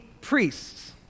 priests